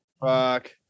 Fuck